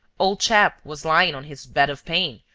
old chap was lying on his bed of pain,